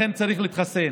לכן צריך להתחסן.